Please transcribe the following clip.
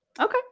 Okay